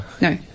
no